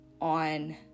on